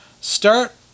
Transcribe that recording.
start